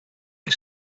hij